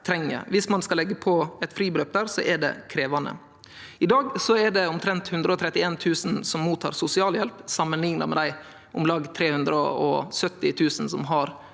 Viss ein skal leggje på eit fribeløp der, er det krevjande. I dag er det omtrent 131 000 som mottek sosialhjelp, samanlikna med dei om lag 370 000 som har